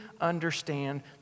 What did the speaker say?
understand